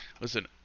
Listen